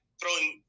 throwing